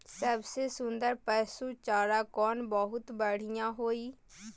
सबसे सुन्दर पसु चारा कोन बहुत बढियां होय इ?